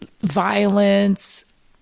violence